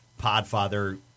Podfather